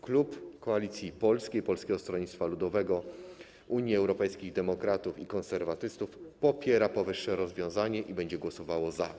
Klub Koalicja Polska - Polskie Stronnictwo Ludowe, Unia Europejskich Demokratów, Konserwatyści popiera powyższe rozwiązanie i będzie głosował za.